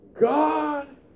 God